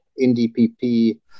NDPP